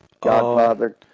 Godfather